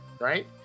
right